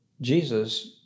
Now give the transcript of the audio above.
Jesus